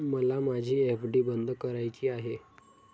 मला माझी एफ.डी बंद करायची आहे